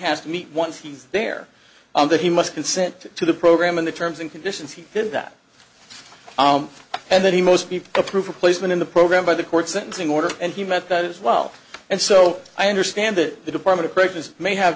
has to meet once he's there and that he must consent to the program and the terms and conditions he did that and then he most people approve of placement in the program by the court sentencing order and he meant that as well and so i understand that the department of corrections may have